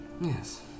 Yes